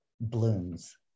blooms